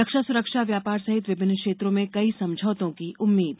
रक्षा सुरक्षा व्यापार सहित विभिन्न क्षेत्रों में कई समझौतों की उम्मीद्